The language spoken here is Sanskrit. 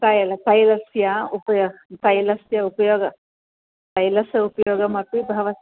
तैलं तैलस्य उपयोगः तैलस्य उपयोगः तैलस्य उपयोगमपि भव